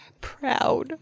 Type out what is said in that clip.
proud